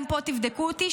גם פה תבדקו אותי,